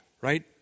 right